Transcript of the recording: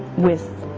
with